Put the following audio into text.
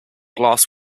glass